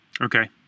Okay